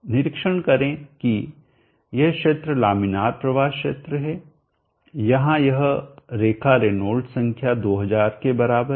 निरीक्षण करें कि यह क्षेत्र लामिनार प्रवाह क्षेत्र है यहाँ यह रेखा रेनॉल्ड्स संख्या 2000 के बराबर है